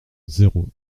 zéro